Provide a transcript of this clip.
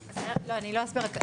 אני לא אסביר עכשיו,